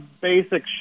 basic